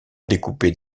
découper